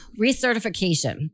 recertification